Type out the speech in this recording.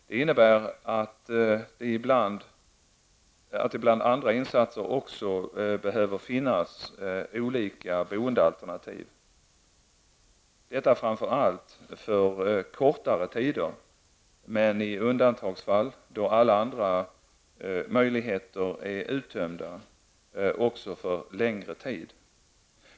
Det innebär att det bland andra insatser också behöver finnas olika boendealternativ. Detta framför allt för kortare tider -- men i undantagsfall då alla andra möjligheter är uttömda -- också för längre tid.